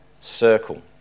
circle